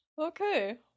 Okay